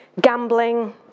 gambling